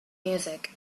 music